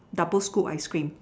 double scoop ice cream